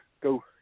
go